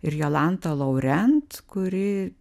ir jolanta laurent kuri